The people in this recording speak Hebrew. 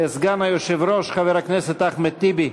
סגן היושב-ראש, חבר הכנסת אחמד טיבי.